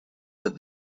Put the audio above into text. that